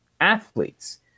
athletes